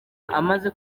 amaze